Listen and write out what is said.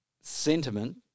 sentiment